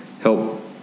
help